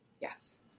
Yes